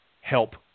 help